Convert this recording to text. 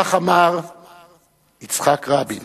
כך אמר יצחק רבין.